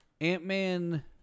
Ant-Man